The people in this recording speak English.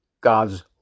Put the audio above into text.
God's